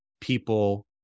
people